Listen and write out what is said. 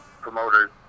Promoters